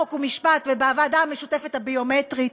חוק ומשפט ובוועדה המשותפת הביומטרית.